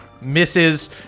Misses